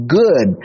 good